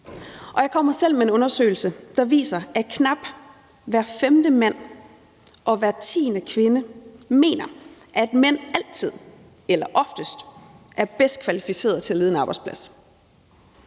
Jeg kommer selv med en undersøgelse, der viser, at knap hver femte mand og hver tiende kvinde mener, at mænd altid eller oftest er bedst kvalificerede til at lede en arbejdsplads.